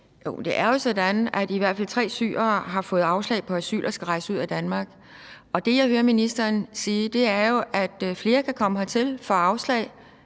men det er jo sådan, at i hvert fald tre syrere har fået afslag på asyl og skal rejse ud af Danmark. Det, jeg hører ministeren sige, er jo, at flere kan komme hertil, få afslag,